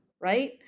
right